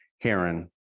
Heron